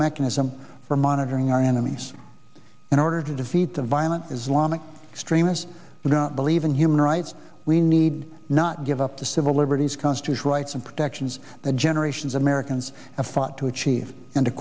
mechanism for monitoring our enemies in order to defeat the violent islamic extremists in the even human rights we need not give up the civil liberties constitutional rights and protections that generations of americans have fought to achieve and to